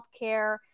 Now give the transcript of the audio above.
healthcare